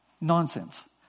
nonsense